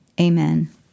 Amen